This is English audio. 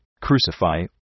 crucify